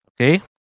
Okay